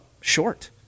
short